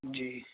جی